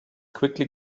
quickly